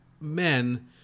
men